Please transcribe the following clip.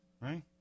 Right